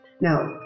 Now